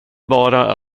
bara